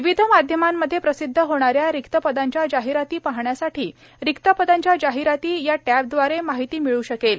विविध माध्यमांमध्ये प्रसिध्द होणाऱ्या रिक्त पदांच्या जाहिराती पाहण्यासाठी रिक्तपदांच्या जाहिराती या टॅबव्दारे माहिती मिळू शकेल